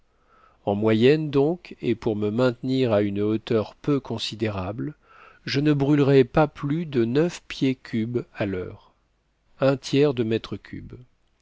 en moyenne donc et pour me maintenir à une hauteur peu considérable je ne brûlerai pas plus de neuf pieds cubes à l'heure